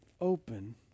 open